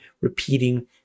repeating